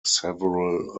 several